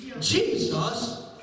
Jesus